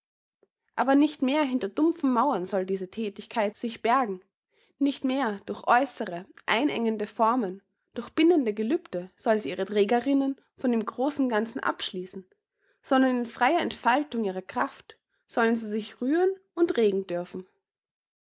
aber nicht mehr hinter dumpfen mauern soll diese thätigkeit sich bergen nicht mehr durch äußere einengende formen durch bindende gelübde soll sie ihre trägerinnen von dem großen ganzen abschließen sondern in freier entfaltung ihrer kraft sollen sie sich rühren und regen dürfen